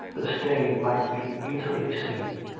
the stain might be easily seen,